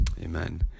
Amen